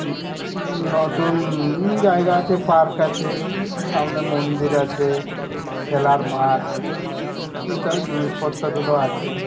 নতুন জায়গা আছে পার্ক আছে সামনে মন্দির আছে খেলার মাঠ এইসব জিনিসপত্রগুলো আছে